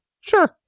sure